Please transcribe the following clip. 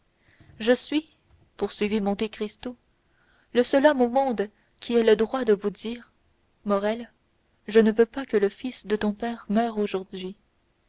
je suis poursuivit monte cristo le seul homme au monde qui ait le droit de vous dire morrel je ne veux pas que le fils de ton père meure aujourd'hui